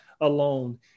alone